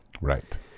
Right